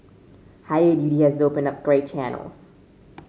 higher duty has opened up grey channels